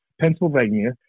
Pennsylvania